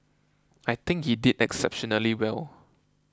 I think he did exceptionally well